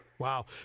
Wow